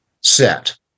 set